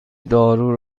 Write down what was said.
دارو